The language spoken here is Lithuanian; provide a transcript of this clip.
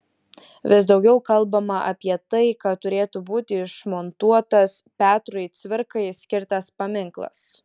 vis daugiau kalbama apie tai kad turėtų būti išmontuotas petrui cvirkai skirtas paminklas